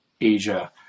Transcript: Asia